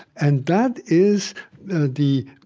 and that is the